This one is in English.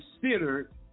considered